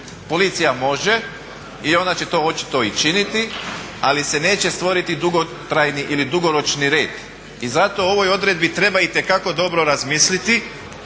Policija može i ona će to očito i činiti, ali se neće stvoriti dugotrajni ili dugoročni red. I zato o ovoj odredbi treba itekako dobro razmisliti